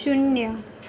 શૂન્ય